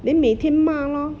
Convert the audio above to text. then 每天骂 lor